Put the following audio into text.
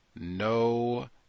No